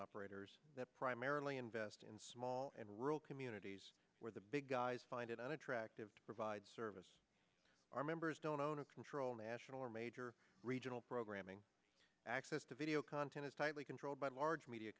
operators that primarily invest in small and rural communities where the big guys find it unattractive to provide service our members don't own or control national or major regional programming access to video content is tightly controlled by large media